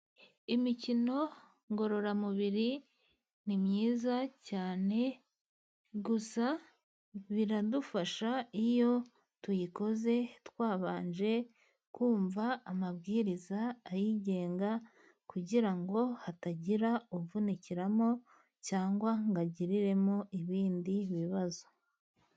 Imikino ngororamubiri ni myiza cyane, gusa biradufasha iyo tuyikoze, twabanje kumva amabwiriza ayigenga, kugira ngo hatagira uvunikiramo, cyangwa ngo agiriremo ibindi bibazo.